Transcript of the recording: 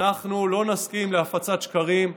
אנחנו לא נסכים להפצת שקרים,